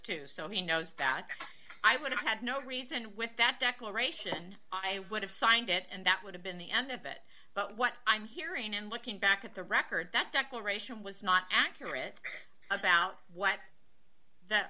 to so he knows that i would have had no reason with that declaration i would have signed it and that would have been the end of it but what i'm hearing and looking back at the record that declaration was not accurate about what that